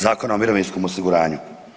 Zakona o mirovinskom osiguranju.